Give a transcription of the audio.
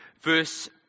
verse